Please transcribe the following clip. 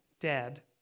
dead